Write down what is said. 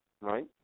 Right